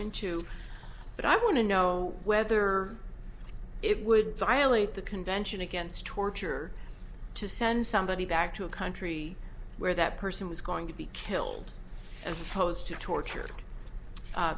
into but i want to know whether it would violate the convention against torture to send somebody back to a country where that person was going to be killed and close to torture